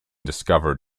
discovered